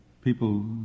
people